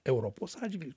europos atžvilgiu